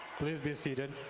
please be seated.